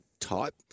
type